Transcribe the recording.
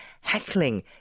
heckling